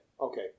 okay